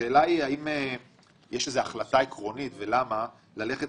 השאלה היא האם יש איזו החלטה עקרונית, ולמה, ללכת